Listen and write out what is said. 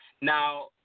Now